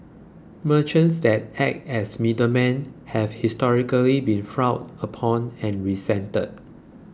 merchants that act as middlemen have historically been frowned upon and resented